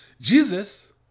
Jesus